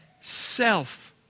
self